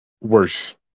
worse